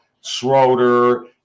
Schroeder